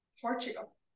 Portugal